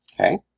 Okay